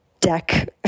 deck